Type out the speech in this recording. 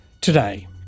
Today